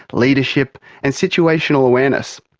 leadership and situational awareness.